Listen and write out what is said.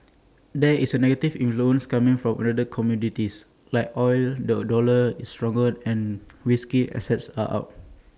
there is A negative influence coming from other commodities like oil the dollar is stronger and risky assets are up